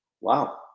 Wow